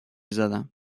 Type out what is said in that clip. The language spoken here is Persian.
زدم